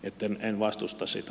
mutta en vastusta sitä